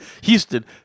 Houston